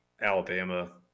Alabama